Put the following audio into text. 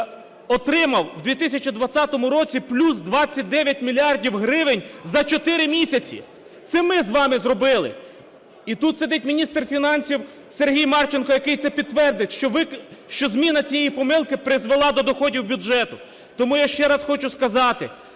отримав в 2020 році плюс 29 мільярдів гривень за чотири місяці. Це ми з вами зробили. І тут сидить міністр фінансів Сергій Марченко, який це підтвердить, що зміна цієї помилки призвела до доходів бюджету. Тому я ще раз хочу сказати,